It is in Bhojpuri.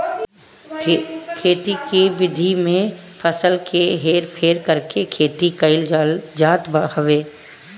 खेती के इ विधि में फसल के हेर फेर करके खेती कईल जात हवे